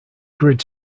grid